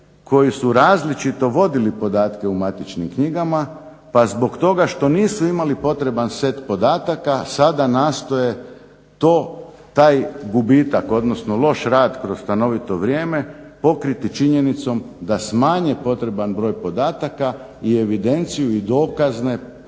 koji su različito vodili podatke u matičnim knjigama pa zbog toga što nisu imali potreban set podataka sada nastoje taj gubitak, odnosno loš rad kroz stanovito vrijeme pokriti činjenicom da smanje potreban broj podataka i evidenciju i dokaze u pisanoj